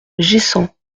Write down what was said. geyssans